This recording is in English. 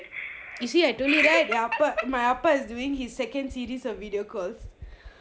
you see I told you right என் அப்பா:en appa my அப்பா:appa is doing his second series of video call